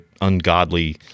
ungodly